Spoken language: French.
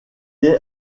est